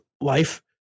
life